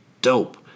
dope